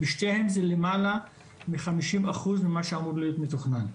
בשתיהן זה למעלה מחמישים אחוז ממה שאמור להיות מתוכנן.